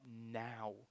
now